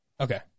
Okay